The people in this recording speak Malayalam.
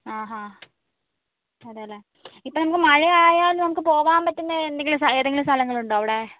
ആഹാ അതേയല്ലേ ഇപ്പോൾ ഞങ്ങൾക്ക് മഴയായാലും നമുക്ക് പോകാൻ പറ്റുന്ന എന്തെങ്കിലും ഏതെങ്കിലും സ്ഥലങ്ങളുണ്ടോ അവിടെ